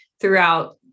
throughout